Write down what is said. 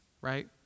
right